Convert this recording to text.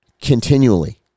Continually